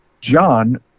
John